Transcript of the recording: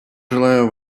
желаю